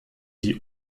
die